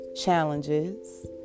challenges